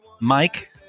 Mike